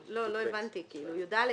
ו-(יב).